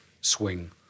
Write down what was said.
swing